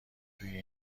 توی